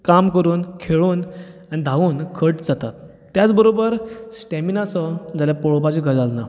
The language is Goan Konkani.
काम करून खेळून आनी धांवून खट जातात त्याच बरोबर स्टॅमिना सो जाल्यार पळोवपाची गजाल ना